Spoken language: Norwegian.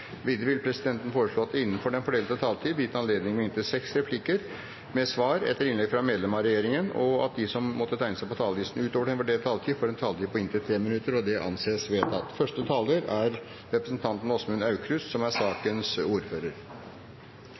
Videre vil presidenten foreslå at det blir gitt anledning til inntil seks replikker med svar etter innlegg fra medlem av regjeringen innenfor den fordelte taletid, og at de som måtte tegne seg på talerlisten utover den fordelte taletid, får en taletid på inntil 3 minutter. – Det anses vedtatt. President, først må jeg si takk for den flotte markeringen av jubileet som